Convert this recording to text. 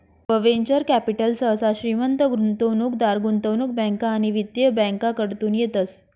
venture capital सहसा श्रीमंत गुंतवणूकदार, गुंतवणूक बँका आणि वित्तीय बँकाकडतून येतस